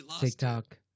TikTok